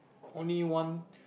only one